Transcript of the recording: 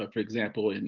um for example, and